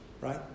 right